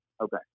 Okay